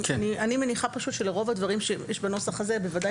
אני מניחה פשוט שלרוב הדברים שיש בנוסח הזה בוודאי